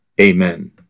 Amen